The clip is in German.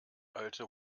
alte